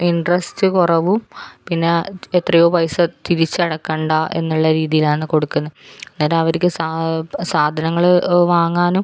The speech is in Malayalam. ഇൻട്രസ്റ്റ് കുറവും പിന്നെ എത്രയോ പൈസ തിരിച്ചടക്കേണ്ട എന്നുള്ള രീതിയിലാണ് കൊടുക്കുന്നത് അത് അവർക്ക് സാധനങ്ങൾ വാങ്ങാനും